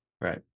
Right